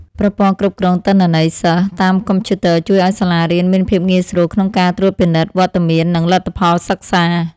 ប្រព័ន្ធគ្រប់គ្រងទិន្នន័យសិស្សតាមកុំព្យូទ័រជួយឱ្យសាលារៀនមានភាពងាយស្រួលក្នុងការត្រួតពិនិត្យវត្តមាននិងលទ្ធផលសិក្សា។